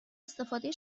استفاده